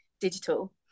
digital